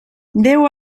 déu